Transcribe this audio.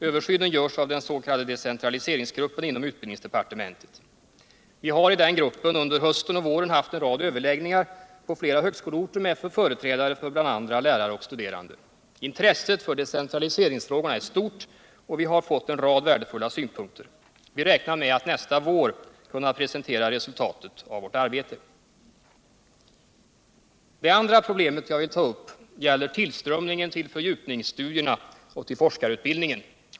Översynen görs av den s.k. decentraliseringsgruppen inom utbildningsdepartementet. Vi har i den gruppen under hösten och våren haft en rad överläggningar på flera högskoleorter med företrädare för bl.a. lärare och studerande. Intresset för decentraliseringsfrågorna är stort, och vi har fått en rad värdefulla synpunkter. Vi räknar med att nästa vår kunna presentera resultatet av vårt arbete. Det andra problemet jag vill peka på gäller tillströmningen till fördjupningsstudier och till forskarutbildningen.